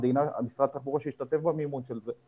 שמשרד התחבורה ישתתף במימון של זה,